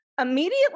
immediately